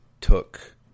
took